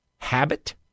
Habit